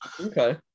Okay